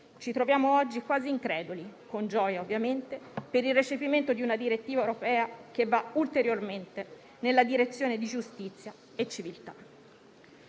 ci troviamo oggi quasi increduli, con gioia ovviamente, per il recepimento di una direttiva europea che va ulteriormente nella direzione di giustizia e civiltà.